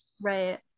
Right